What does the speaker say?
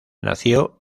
nació